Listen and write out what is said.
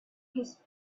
his